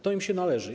To im się należy.